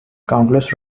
countless